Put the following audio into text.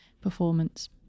performance